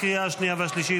לקריאה השנייה והשלישית.